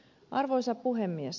arvoisa puhemies